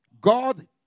God